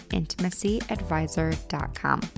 intimacyadvisor.com